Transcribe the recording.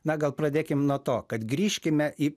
na gal pradėkim nuo to kad grįžkime į